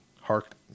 Hark